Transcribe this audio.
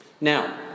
Now